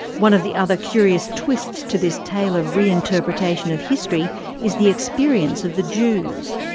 one of the other curious twists to this tale of reinterpretation of history is the experience of the jews.